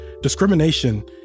Discrimination